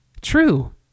True